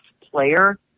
player